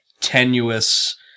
tenuous